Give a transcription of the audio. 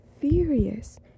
furious